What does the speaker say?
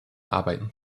arbeiten